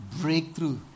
Breakthrough